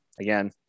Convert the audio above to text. again